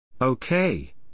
Okay